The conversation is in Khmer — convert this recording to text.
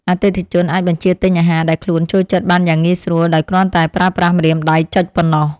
អតិថិជនអាចបញ្ជាទិញអាហារដែលខ្លួនចូលចិត្តបានយ៉ាងងាយស្រួលដោយគ្រាន់តែប្រើប្រាស់ម្រាមដៃចុចប៉ុណ្ណោះ។